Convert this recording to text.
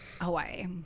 Hawaii